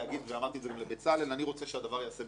ואמרתי את זה גם לבצלאל אני רוצה שהדברים ייעשו במינהל תקין.